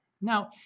Now